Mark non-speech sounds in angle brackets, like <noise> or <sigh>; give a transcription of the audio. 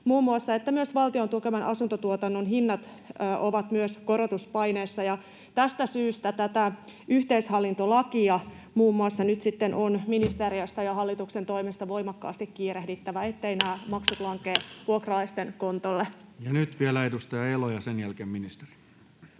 muun muassa, että myös valtion tukeman asuntotuotannon hinnat ovat korotuspaineessa, ja tästä syystä muun muassa tätä yhteishallintolakia nyt sitten on ministeriöstä ja hallituksen toimesta voimakkaasti kiirehdittävä, <noise> etteivät nämä maksut lankea vuokralaisten kontolle. Nyt vielä edustaja Elo ja sen jälkeen ministeri.